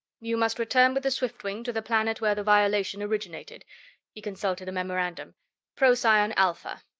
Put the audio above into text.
you must return with the swiftwing to the planet where the violation originated he consulted a memorandum procyon alpha.